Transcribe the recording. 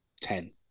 ten